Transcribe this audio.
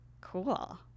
cool